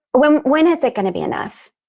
when when is it going to be enough?